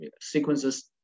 sequences